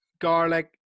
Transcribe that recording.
garlic